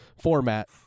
format